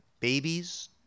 Babies